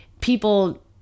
people